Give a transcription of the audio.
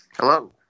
Hello